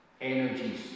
energies